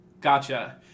Gotcha